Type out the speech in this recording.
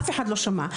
אף אחד לא שמע.